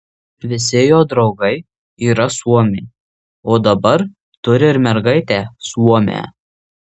visi jo draugai yra suomiai o dabar turi ir mergaitę suomę